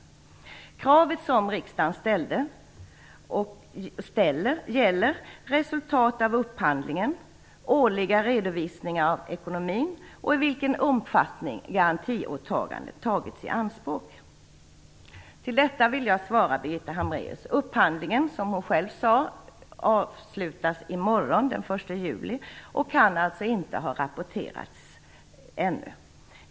Det krav som riksdagen ställde och ställer gäller resultat av upphandlingen, årliga redovisningar av ekonomin och i vilken omfattning garantiåtagandet tagits i anspråk. Jag vill då svara Birgitta Hambraeus på följande sätt. Upphandlingen avslutas, som hon sade, i morgon, den 1 juni, och kan alltså inte ha rapporterats ännu.